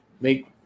make